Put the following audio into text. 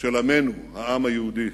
של עמנו, העם היהודי.